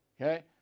Okay